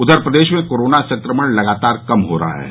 उधर प्रदेश में कोरोना संक्रमण लगातार कम हो रहा है